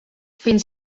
fins